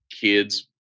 kids